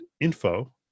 info